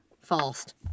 fast